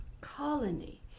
colony